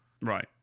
Right